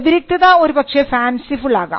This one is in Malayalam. വ്യതിരിക്തത ഒരുപക്ഷേ ഫാൻസിഫുൾ ആകാം